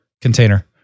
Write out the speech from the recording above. container